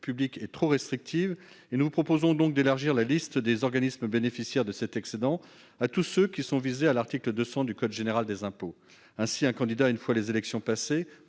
est trop restrictive. Nous proposons donc d'élargir la liste des organismes bénéficiaires de cet excédent à tous ceux qui sont visés à l'article 200 du code général des impôts. Ainsi, un candidat, une fois les élections passées,